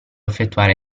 effettuare